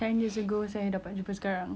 ten years ago saya dapat jumpa sekarang